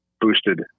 boosted